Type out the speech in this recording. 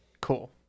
cool